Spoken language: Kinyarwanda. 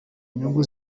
inyungu